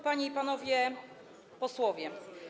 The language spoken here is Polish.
Panie i Panowie Posłowie!